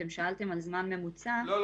אתם שאלתם על זמן ממוצע --- לא,